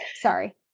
Sorry